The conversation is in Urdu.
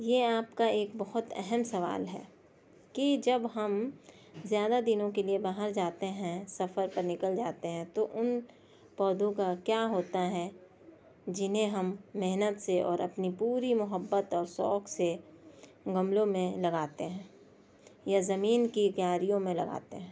یہ آپ کا ایک بہت اہم سوال ہے کہ جب ہم زیادہ دنوں کے لیے باہر جاتے ہیں سفر پر نکل جاتے ہیں تو ان پودوں کا کیا ہوتا ہے جنہیں ہم محنت سے اور اپنی پوری محبت اور شوق سے گملوں میں لگاتے ہیں یا زمین کی کیاریوں میں لگاتے ہیں